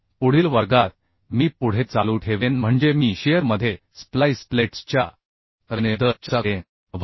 तर पुढील वर्गात मी पुढे चालू ठेवेन म्हणजे मी शिअर मध्ये स्प्लाइस प्लेट्सच्या रचनेबद्दल चर्चा करेन